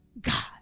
God